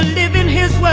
giving his.